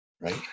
Right